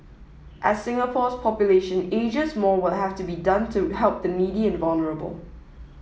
as Singapore's population ages more will have to be done to help the needy and vulnerable